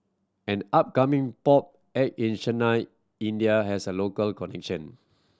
an upcoming pop act in Chennai India has a local